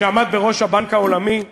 שעמד בראש הבנק העולמי ואוניברסיטת,